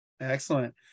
excellent